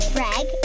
Greg